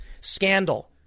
Scandal